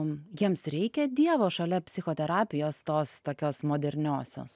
jiems reikia dievo šalia psichoterapijos tos tokios moderniosios